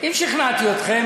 אם שכנעתי אתכם,